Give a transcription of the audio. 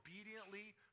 obediently